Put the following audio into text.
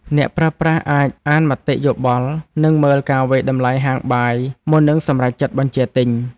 អ្នកប្រើប្រាស់អាចអានមតិយោបល់ និងមើលការវាយតម្លៃហាងបាយមុននឹងសម្រេចចិត្តបញ្ជាទិញ។